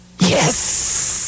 yes